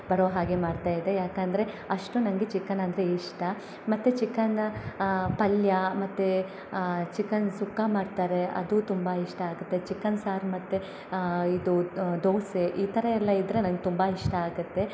ಬರೋ ಹಾಗೆ ಮಾಡ್ತಾಯಿದ್ದೆ ಯಾಕಂದರೆ ಅಷ್ಟು ನನಗೆ ಚಿಕನ್ ಅಂದರೆ ಇಷ್ಟ ಮತ್ತು ಚಿಕನ ಪಲ್ಯಾ ಮತ್ತು ಚಿಕನ್ ಸುಕ್ಕಾ ಮಾಡ್ತಾರೆ ಅದು ತುಂಬ ಇಷ್ಟ ಆಗತ್ತೆ ಚಿಕನ್ ಸಾರು ಮತ್ತು ಇದು ದೋಸೆ ಈ ಥರ ಎಲ್ಲಾ ಇದ್ದರೆ ನಂಗೆ ತುಂಬ ಇಷ್ಟ ಆಗತ್ತೆ